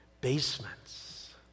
basements